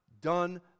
done